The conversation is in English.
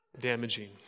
damaging